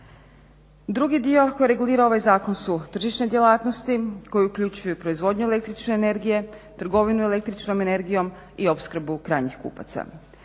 Drugi dio koji regulira ovaj zakon su tržišne djelatnosti koje uključuju proizvodnju električne energije, trgovinu električnom energijom i opskrbu krajnjih kupaca.